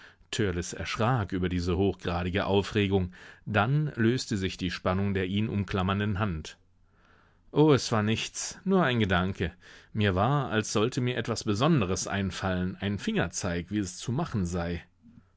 über diese hochgradige aufregung dann löste sich die spannung der ihn umklammernden hand o es war nichts nur ein gedanke mir war als sollte mir etwas besonderes einfallen ein fingerzeig wie es zu machen sei